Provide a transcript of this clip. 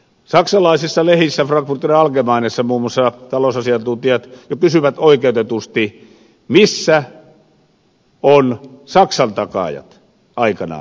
saksalaisissa lehdissä frankfurter allgemeinessa muun muassa talousasiantuntijat kysyvät oikeutetusti missä ovat saksan takaajat aikanaan